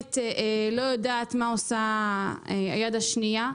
אחת לא יודעת מה עושה היד השנייה.